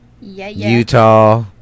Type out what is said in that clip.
utah